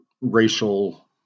racial